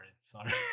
Sorry